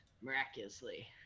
miraculously